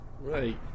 Right